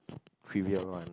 trivial one